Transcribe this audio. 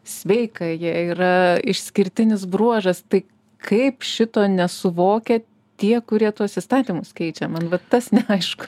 sveika jie yra išskirtinis bruožas tai kaip šito nesuvokia tie kurie tuos įstatymus keičia man vat tas neaišku